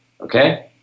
okay